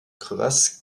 crevasse